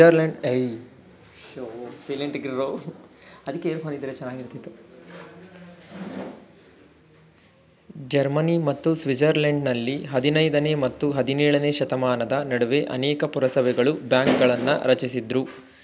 Germany ಮತ್ತು ಸ್ವಿಟ್ಜರ್ಲೆಂಡ್ನಲ್ಲಿ ಹದಿನೈದನೇ ಮತ್ತು ಹದಿನೇಳನೇಶತಮಾನದ ನಡುವೆ ಅನೇಕ ಪುರಸಭೆಗಳು ಬ್ಯಾಂಕ್ಗಳನ್ನ ರಚಿಸಿದ್ರು